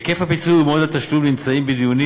היקף הפיצוי ומועד התשלום נמצאים בדיונים